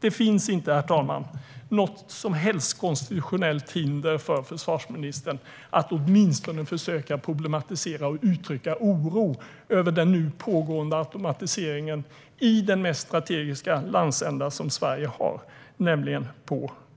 Det finns inte något som helst konstitutionellt hinder för försvarsministern att åtminstone försöka problematisera och uttrycka oro över den nu pågående automatiseringen i den mest strategiska landsända som Sverige har, nämligen